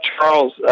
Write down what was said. Charles